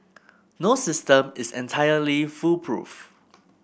no system is entirely foolproof